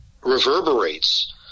reverberates